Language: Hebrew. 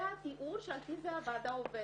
זה התיאור שעל פיו הוועדה עובדת.